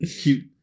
cute